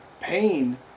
pain